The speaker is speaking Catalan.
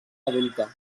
adulta